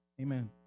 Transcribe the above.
Amen